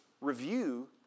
review